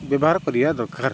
ବ୍ୟବହାର କରିବା ଦରକାର